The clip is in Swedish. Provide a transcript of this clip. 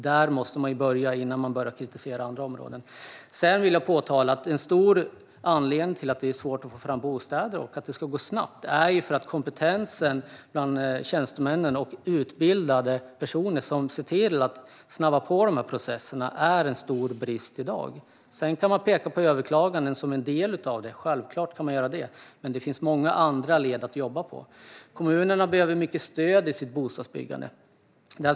Där måste man börja, innan man kritiserar andra områden. Sedan vill jag påtala att en stor anledning till att det är svårt att få fram bostäder snabbt är att kompetensen bland de tjänstemän och utbildade personer som ska se till att snabba på de här processerna har stora brister i dag. Sedan kan man självklart också peka på överklaganden som en del. Men det finns många andra led att jobba med. Kommunerna behöver mycket stöd i sitt bostadsbyggande.